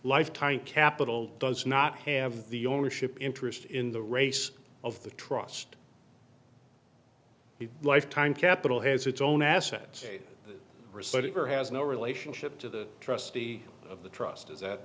lifetime capital does not have the ownership interest in the race of the trust the lifetime capital has its own assets or assert it or has no relationship to the trustee of the trust is that